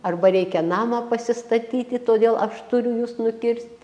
arba reikia namą pasistatyti todėl aš turiu jus nukirst